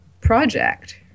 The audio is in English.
project